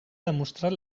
demostrat